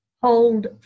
hold